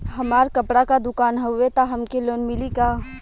हमार कपड़ा क दुकान हउवे त हमके लोन मिली का?